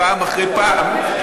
פעם אחרי פעם,